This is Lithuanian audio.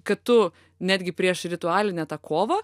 kad tu netgi prieš ritualinę tą kovą